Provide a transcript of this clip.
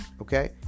okay